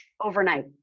overnight